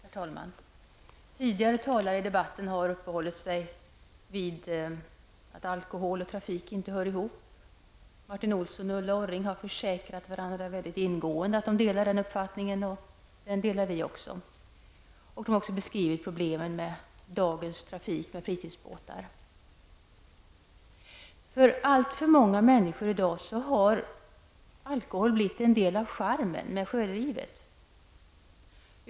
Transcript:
Herr talman! Tidigare talare i debatten har uppehållit sig vid det faktum att alkohol och trafik inte hör ihop. Martin Olsson och Ulla Orring har båda försäkrat mycket ordentligt att de delar den uppfattningen. Det gör vi också. Vidare har problemen med dagens trafik med fritidsbåtar här beskrivits. För alltför många människor har alkoholen kommit att utgöra en del av charmen med sjölivet.